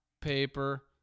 Paper